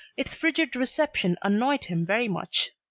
its frigid reception annoyed him very much.